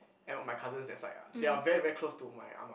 and my cousins that side ah they are very very close to my ah ma